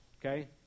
okay